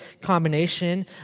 combination